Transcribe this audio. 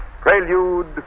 Prelude